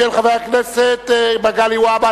של חבר הכנסת מגלי והבה,